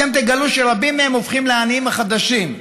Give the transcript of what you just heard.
אתם תגלו שרבים מהם הופכים לעניים החדשים,